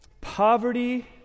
poverty